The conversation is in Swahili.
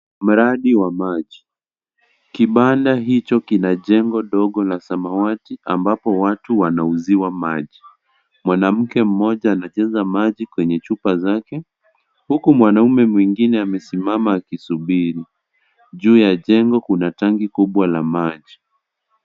Mradi wa maji. Kibanda hicho kina jengo dogo la samawati ambapo watu wanauziwa maji. Mwanamke mmoja anajaza maji kwenye chupa zake huku mwanaume mwingine amesimama akisubiri. Juu ya jengo kuna tangi kubwa la maji.